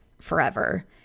forever